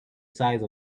size